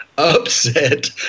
Upset